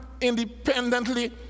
independently